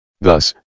Thus